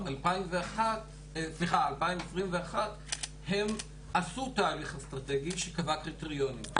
2021 הם עשו תהליך אסטרטגי שקבע קריטריונים.